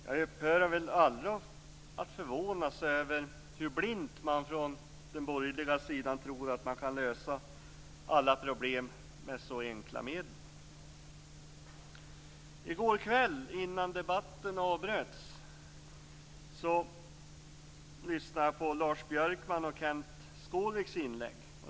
Jag upphör väl aldrig att förvånas över hur blint man från den borgerliga sidan tror att man kan lösa alla problem med så enkla medel. I går kväll innan debatten avbröts lyssnade jag på Lars Björkmans och Kenth Skårviks inlägg.